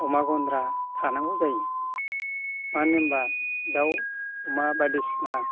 अमा गनद्रा थानांगौ जायो मानो होनबा दाउ अमा बायदिसिना